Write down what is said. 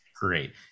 great